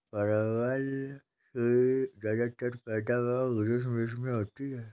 परवल की ज्यादातर पैदावार ग्रीष्म ऋतु में होती है